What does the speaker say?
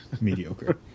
mediocre